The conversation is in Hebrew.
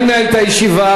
אני מנהל את הישיבה,